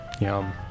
Yum